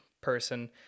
person